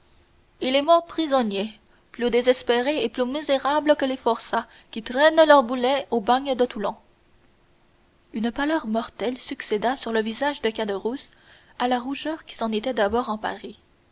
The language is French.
il est mort prisonnier plus désespéré et plus misérable que les forçats qui traînent leur boulet au bagne de toulon une pâleur mortelle succéda sur le visage de caderousse à la rougeur qui s'en était d'abord emparée